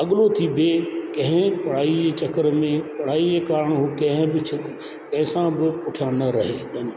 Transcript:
अॻिलो थी ॿिए कंहिं पढ़ाई जे चक्कर में पढ़ाई जे कारण हू कंहिं बि क्षेत्र कंहिं सां बि पुठियां न रहे